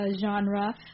genre